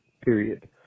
period